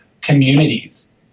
communities